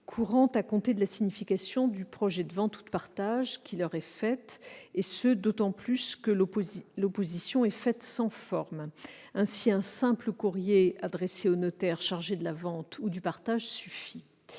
courant à compter de la signification du projet de vente ou de partage qui leur est faite, et ce d'autant plus que l'opposition est faite sans forme. Ainsi, un simple courrier adressé au notaire chargé de la vente ou du partage suffit.